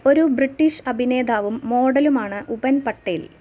ഒരു ബ്രിട്ടീഷ് അഭിനേതാവും മോഡലുമാണ് ഉപൻ പട്ടേൽ